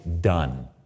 done